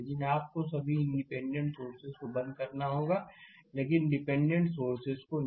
लेकिन आपको सभी इंडिपेंडेंट सोर्सेस को बंद करना होगा लेकिन डिपेंडेंट सोर्स को नहीं